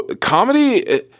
comedy